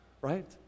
Right